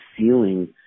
ceiling